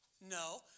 No